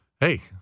Hey